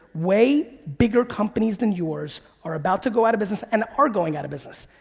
way bigger companies than yours are about to go out of business, and are going out of business.